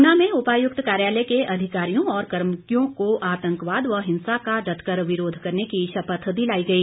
ऊना में उपायुक्त कार्यालय के अधिकारियों और कर्मियों को आतंकवाद व हिंसा का डटकर विरोध करने की शपथ दिलाई गई